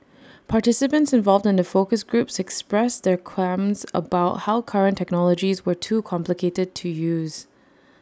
participants involved in the focus groups expressed their qualms about how current technologies were too complicated to use